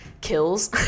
kills